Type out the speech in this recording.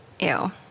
Ew